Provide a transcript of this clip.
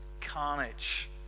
carnage